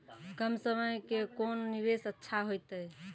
कम समय के कोंन निवेश अच्छा होइतै?